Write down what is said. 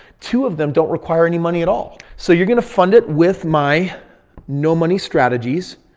two of them don't require any money at all. so, you're going to fund it with my no money strategies.